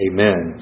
Amen